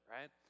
Right